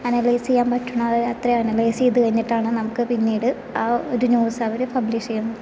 analyse ചെയ്യാൻ പറ്റണത് അത്രയും അനലൈസ് ചെയ്ത് കഴിഞ്ഞിട്ടാണ് നമുക്ക് പിന്നീട് ആ ഒരു ന്യൂസ് അവര് പബ്ലിഷ് ചെയ്യുന്നത്